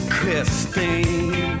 Christine